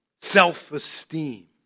Self-esteem